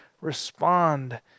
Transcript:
respond